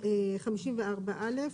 54 א',